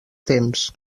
temps